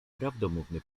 prawdomówny